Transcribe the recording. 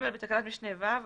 בתקנת משנה (ו),